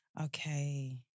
Okay